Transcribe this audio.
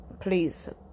please